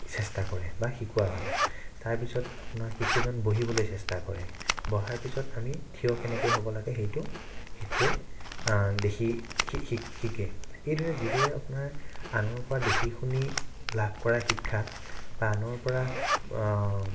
চেষ্টা কৰে বা শিকোৱা হয় তাৰপিছত আপোনাৰ শিশুজন বহিবলৈ চেষ্টা কৰে বহাৰ পিছত আমি থিয় কেনেকৈ হ'ব লাগে সেইটো শিশুৱে দেখি শিকে এইদৰে যিদৰে আপোনাৰ আনৰ পৰা দেখি শুনি লাভ কৰা শিক্ষা বা আনৰ পৰা